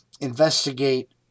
investigate